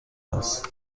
است